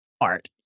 art